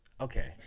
Okay